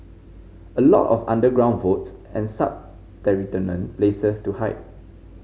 a lot of underground vaults and subterranean places to hide